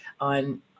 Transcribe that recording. on